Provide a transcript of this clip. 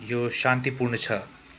यो शान्तिपूर्ण छ